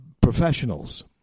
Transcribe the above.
professionals